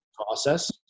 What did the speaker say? process